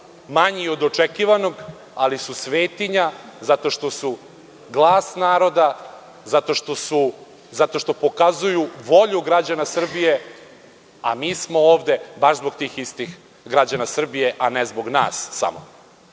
manji od očekivanog, ali su svetinja zato što su glas naroda, zato što pokazuju volju građana Srbije, a mi smo ovde baš zbog tih istih građana Srbije, a ne samo